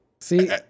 See